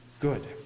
good